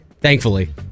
Thankfully